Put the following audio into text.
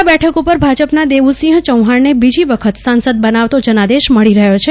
ખેડા બેઠક ઉપર ભાજપના દેવુસિંહ ચૌહાણને બીજી વખત સાંસદ બનાવતો જનાદેશ મળી રહ્યો છે